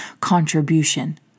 contribution